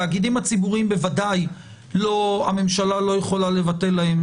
לתאגידים הציבוריים בוודאי הממשלה לא יכולה לבטל את האסדרה,